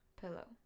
Pillow